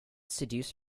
seduce